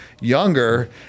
younger